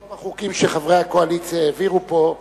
יש כמה חוקים שחברי הקואליציה העבירו פה,